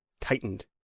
tightened